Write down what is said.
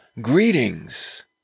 Greetings